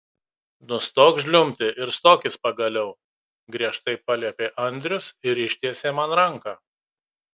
nustok žliumbti ir stokis pagaliau griežtai paliepė andrius ir ištiesė man ranką